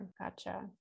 gotcha